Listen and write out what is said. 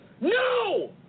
No